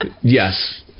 yes